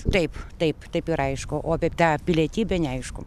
taip taip taip ir aišku o apie tą pilietybę neaišku